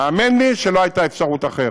האמן לי שלא הייתה אפשרות אחרת,